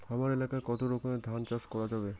হামার এলাকায় কতো রকমের ধান চাষ করা যাবে?